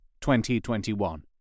2021